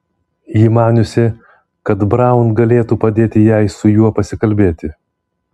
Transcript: ji maniusi kad braun galėtų padėti jai su juo pasikalbėti